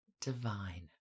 divine